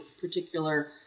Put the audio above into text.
particular